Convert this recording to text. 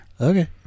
Okay